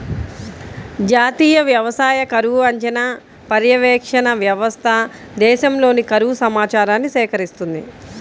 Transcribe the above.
జాతీయ వ్యవసాయ కరువు అంచనా, పర్యవేక్షణ వ్యవస్థ దేశంలోని కరువు సమాచారాన్ని సేకరిస్తుంది